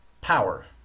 power